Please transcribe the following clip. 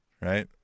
Right